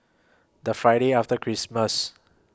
The Friday after Christmas